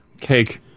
Cake